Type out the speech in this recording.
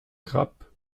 grappes